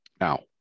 Now